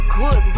good